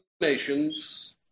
nations